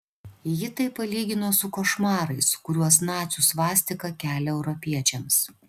ji tai palygino su košmarais kuriuos nacių svastika kelia europiečiams